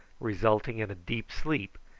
resulting in a deep sleep,